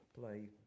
play